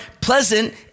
pleasant